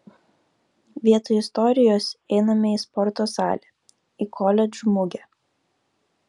vietoj istorijos einame į sporto salę į koledžų mugę